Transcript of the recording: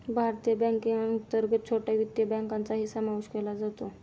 भारतीय बँकेअंतर्गत छोट्या वित्तीय बँकांचाही समावेश केला जातो